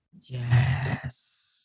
Yes